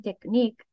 technique